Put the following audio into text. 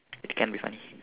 it can be funny